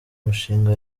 mishinga